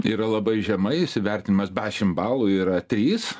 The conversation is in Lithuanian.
yra labai žemai įsivertinimas dešimt balų yra trys